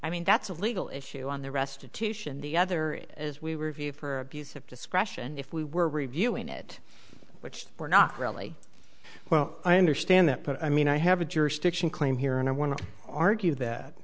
i mean that's a legal issue on the restitution the other as we review for abuse of discretion if we were reviewing it which we're not really well i understand that but i mean i have a jurisdiction claim here and i want to argue